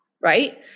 Right